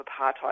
apartheid